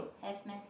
have meh